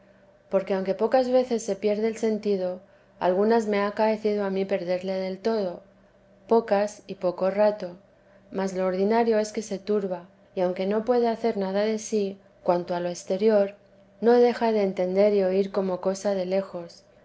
porque aunque pocas veces se pierde el sentido algunas me ha acaecido a mí perderle del todo pocas y poco rato mas lo ordinario es que se turba y aunque no puede hacer nada de sí cuanto a lo exterior no deja de entender y oír como cosa de lejos